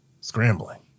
Scrambling